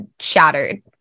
shattered